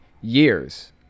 years